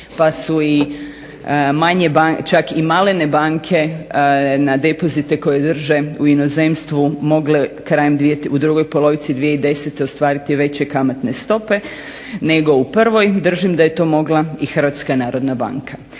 i neki rast pa su čak i malene banke na depozite koje drže u inozemstvu mogle krajem, u drugoj polovici 2010. ostvariti veće kamatne stope nego u prvoj. Držim da je to mogla i HNB. Stoga mislim